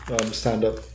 stand-up